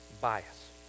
bias